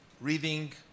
reading